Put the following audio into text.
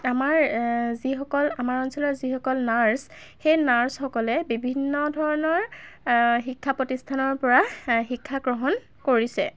আমাৰ যিসকল আমাৰ অঞ্চলৰ যিসকল নাৰ্ছ সেই নাৰ্ছসকলে বিভিন্ন ধৰণৰ শিক্ষা প্ৰতিষ্ঠানৰ পৰা শিক্ষা গ্ৰহণ কৰিছে